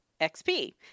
XP